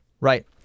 Right